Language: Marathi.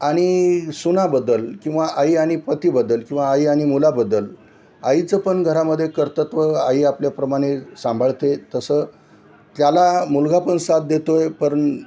आणि सुनाबद्दल किंवा आई आणि पतीबद्दल किंवा आई आणि मुलाबद्दल आईचं पण घरामध्ये कर्तव्य आई आपल्याप्रमाणे सांभाळते तसं त्याला मुलगा पण साथ देतो आहे पण